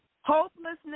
Hopelessness